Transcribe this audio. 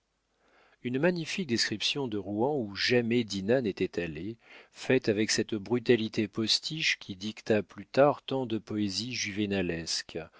une magnifique description de rouen où jamais dinah n'était allée faite avec cette brutalité postiche qui dicta plus tard tant de poésies juvénalesques